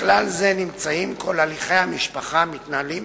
בכלל זה נמצאים כל הליכי המשפחה המתנהלים